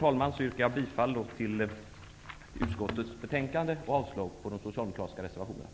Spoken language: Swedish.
Med detta yrkar jag bifall till hemställan i utskottets betänkande och avslag på de socialdemokratiska reservationerna.